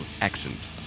accent